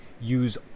use